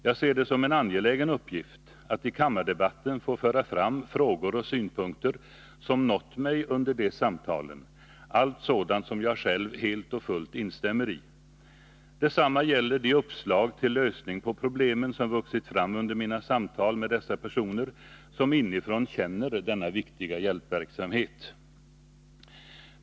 Jag ser det som en angelägen uppgift att i kammardebatten få föra fram frågor och synpunkter, som nått mig under de samtalen — allt sådant som jag själv helt och fullt instämmer i. Detsamma gäller de uppslag till lösning på problemen som vuxit fram under mina samtal med dessa personer, som inifrån känner denna viktiga hjälpverksamhet.